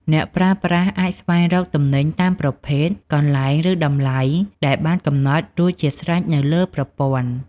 អ្នកប្រើប្រាស់អាចស្វែងរកទំនិញតាមប្រភេទ កន្លែង ឬតម្លៃ ដែលបានកំណត់រួចជាស្រេចនៅលើប្រព័ន្ធ។